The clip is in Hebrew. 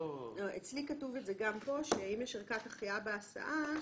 אצלי כתוב שאם יש ערכת החייאה בהסעה,